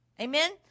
Amen